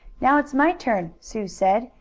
now it's my turn, sue said,